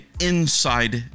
inside